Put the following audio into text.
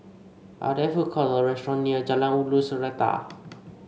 are there food court or restaurant near Jalan Ulu Seletar